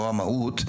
לא המהות,